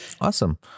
Awesome